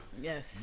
Yes